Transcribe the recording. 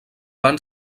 van